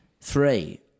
Three